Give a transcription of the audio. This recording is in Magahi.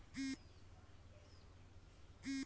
की तुई कागज निर्मानेर प्रक्रिया जान छि